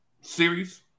series